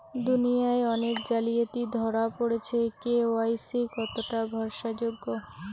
দুনিয়ায় অনেক জালিয়াতি ধরা পরেছে কে.ওয়াই.সি কতোটা ভরসা যোগ্য?